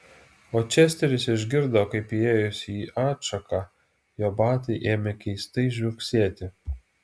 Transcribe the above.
o česteris išgirdo kaip įėjus į atšaką jo batai ėmė keistai žliugsėti